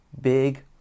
big